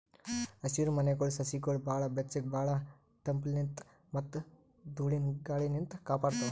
ಹಸಿರಮನೆಗೊಳ್ ಸಸಿಗೊಳಿಗ್ ಭಾಳ್ ಬೆಚ್ಚಗ್ ಭಾಳ್ ತಂಪಲಿನ್ತ್ ಮತ್ತ್ ಧೂಳಿನ ಗಾಳಿನಿಂತ್ ಕಾಪಾಡ್ತಾವ್